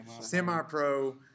Semi-Pro